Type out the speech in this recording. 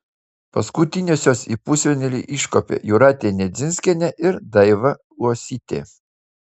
paskutiniosios į pusfinalį iškopė jūratė nedzinskienė ir daiva uosytė